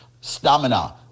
stamina